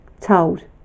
told